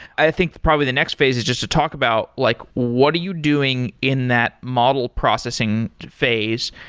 i think probably the next phase is just to talk about like what are you doing in that model processing phase,